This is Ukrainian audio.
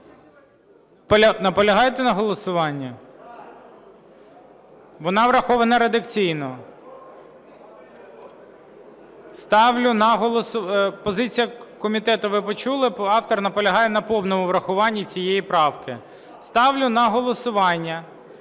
Наполягаєте на голосуванні? Вона врахована редакційно. Ставлю на голосування... Позицію комітету ви почули, автор наполягає на повному врахуванні цієї правки. Ставлю на голосування